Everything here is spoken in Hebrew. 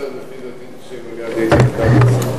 עד אז תשב ליד איתן כבל.